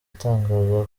atangaza